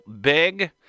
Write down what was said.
big